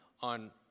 on